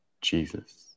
Jesus